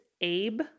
Abe